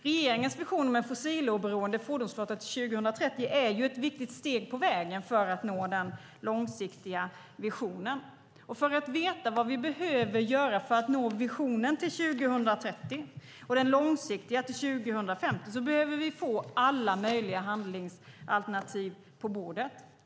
Regeringens vision om ett fossiloberoende fordonsflotta till 2030 är ett viktigt steg på vägen för att nå den långsiktiga visionen. För att veta vad vi behöver göra för att nå visionen till 2030 och den långsiktiga visionen till 2050 behöver vi få alla möjliga handlingsalternativ på bordet.